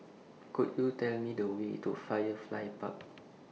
Could YOU Tell Me The Way to Firefly Park